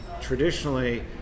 traditionally